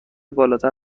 بالاتر